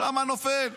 שם נופל.